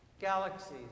galaxies